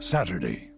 Saturday